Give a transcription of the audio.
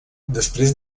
després